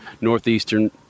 Northeastern